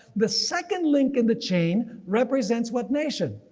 the second link in the chain represents what nation?